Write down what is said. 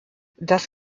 das